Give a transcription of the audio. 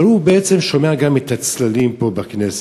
אבל הוא בעצם שומע גם את הצלילים פה בכנסת.